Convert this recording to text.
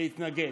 להתנגד.